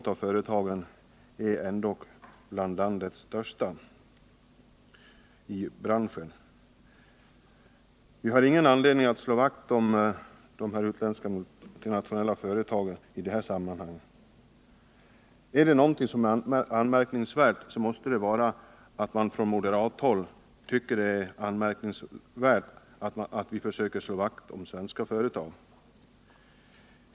Två av företagen hör till landets största i branschen. Vi har ingen anledning att slå vakt om de utländska multinationella företagen i detta sammanhang. Är det någonting som är anmärkningsvärt så måste det vara att man från moderathåll tycker det är anmärkningsvärt att vi försöker slå vakt om svenska företag.